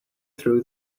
through